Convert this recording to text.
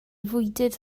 fwydydd